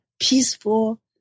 peaceful